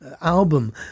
album